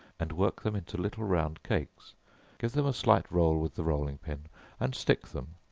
and work them into little round cakes give them a slight roll with the rolling-pin, and stick them,